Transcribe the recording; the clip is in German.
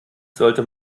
sollte